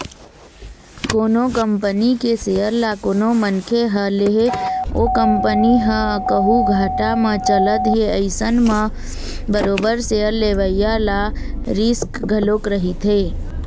कोनो कंपनी के सेयर ल कोनो मनखे ह ले हे ओ कंपनी ह कहूँ घाटा म चलत हे अइसन म बरोबर सेयर लेवइया ल रिस्क घलोक रहिथे